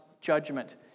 judgment